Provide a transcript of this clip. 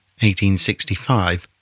1865